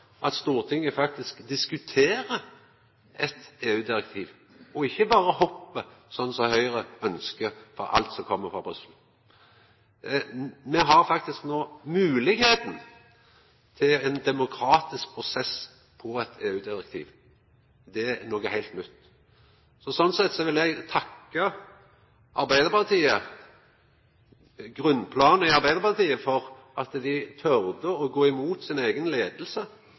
at det eigentleg er ein gledas dag i dag, for Stortinget diskuterer faktisk eit EU-direktiv, og ikkje berre hoppar, slik Høgre ønskjer, for alt som kjem frå Brussel. Me har faktisk no moglegheita til ein demokratisk prosess om eit EU-direktiv. Det er noko heilt nytt. Slik sett vil eg takka grunnplanet i Arbeidarpartiet for at dei torde å gå imot